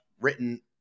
written